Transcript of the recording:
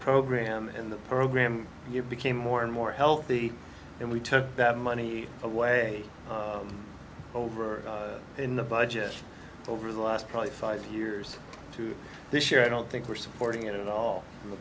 program in the program you became more and more healthy and we took that money away over in the budget over the last probably five years to this year i don't think we're supporting it at all in the